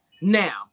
Now